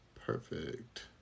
Perfect